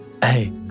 hey